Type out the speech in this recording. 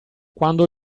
quando